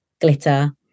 glitter